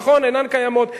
נכון, אינן קיימות.